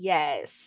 Yes